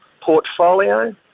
portfolio